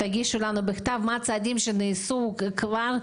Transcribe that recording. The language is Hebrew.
תגישו לנו מכתב מה הצעדים שכבר נעשו,